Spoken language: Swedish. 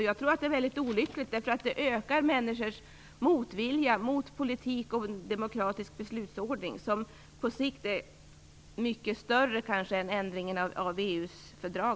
Jag tror att det är olyckligt, eftersom det ökar människors motvilja till politik och en demokratisk beslutsordning som på sikt kanske t.o.m. är mycket större än ändringen av EU:s fördrag.